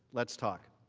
let's talk.